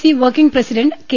C working president K